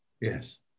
yes